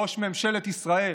ראש ממשלת ישראל.